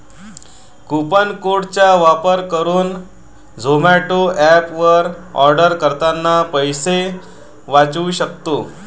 coupon code चा वापर करुन झोमाटो एप वर आर्डर करतांना पैसे वाचउ सक्तो